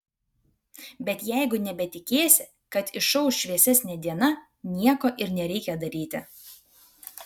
bet jeigu nebetikėsi kad išauš šviesesnė diena nieko ir nereikia daryti